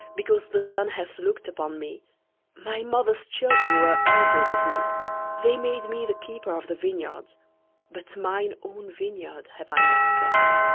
because the sun hath looked upon me my mother's children were angry with me they made me the keeper of the vineyards but mine own vineyard have i not kept.